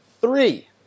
three